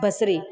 बसरी